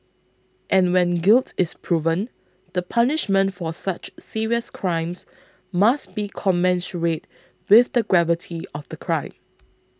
and when guilt is proven the punishment for such serious crimes must be commensurate with the gravity of the crime